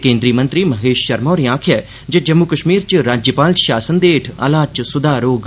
केंद्री मंत्री महेश शर्मा होरें आक्खेआ ऐ जे जम्मू कश्मीर च राज्यपाल शासन हेठ हालात च सुधार होग